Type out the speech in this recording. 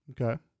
Okay